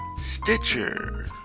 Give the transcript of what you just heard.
Stitcher